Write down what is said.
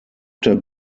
der